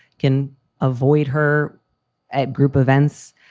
can avoid her at group events.